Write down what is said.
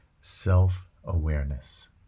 self-awareness